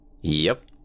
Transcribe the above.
Yep